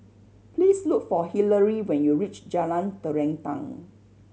please look for Hillery when you reach Jalan Terentang